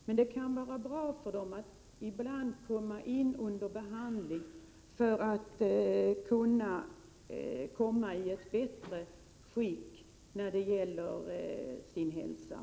Det kan ändå vara bra för dem att ibland få behandling, för att komma i ett bättre skick när det gäller hälsan.